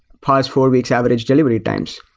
past four weeks average delivery times.